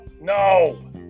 No